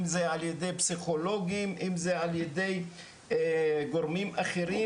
אם זה על ידי פסיכולוגים אם זה על ידי גורמים אחרים,